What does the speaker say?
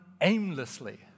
aimlessly